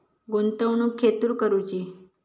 गुंतवणुक खेतुर करूची?